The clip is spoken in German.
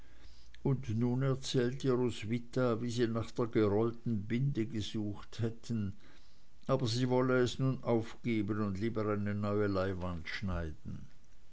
und nun erzählte roswitha wie sie nach der gerollten binde gesucht hätten aber sie wolle es nun aufgeben und lieber eine neue leinwand schneiden